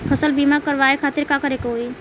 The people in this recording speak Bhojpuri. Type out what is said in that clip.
फसल बीमा करवाए खातिर का करे के होई?